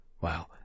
Wow